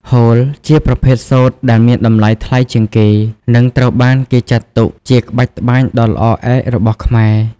ហូល ជាប្រភេទសូត្រដែលមានតម្លៃថ្លៃជាងគេ និងត្រូវបានគេចាត់ទុកជាក្បាច់ត្បាញដ៏ល្អឯករបស់ខ្មែរ។